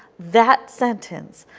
that sentence,